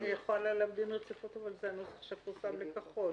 מה שיוחל עליו דין רציפות זה הנוסח שפורסם בכחול.